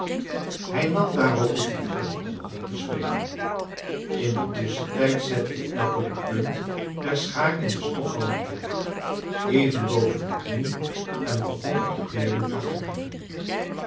hij nam daarop de viool en begon te spelen in dien tusschentijd zette ik dapper de punt der schaar in de stof van mijn broek even boven de knie en begon er de beenen af te knippen